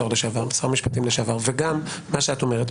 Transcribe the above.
וגם למה שאת אומרת.